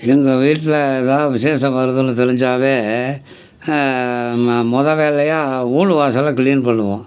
எங்கள் வீட்டில் எதாவது விசேஷம் வருதுன்னு தெரிஞ்சாவே ம மொதல் வேலையாக வீடு வாசெல்லாம் க்ளீன் பண்ணுவோம்